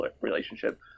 relationship